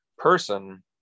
person